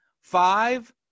five